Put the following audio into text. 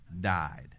died